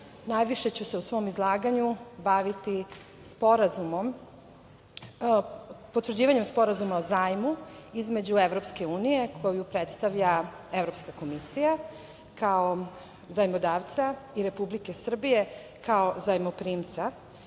Najviše ću se u svom izlaganju baviti potvrđivanjem sporazuma o zajmu između EU koju predstavlja Evropska komisija kao zajmodavca i Republike Srbije kao zajmoprimca